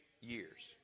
years